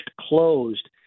closed